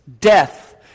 death